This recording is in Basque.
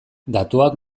datuak